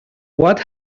what